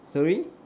sorry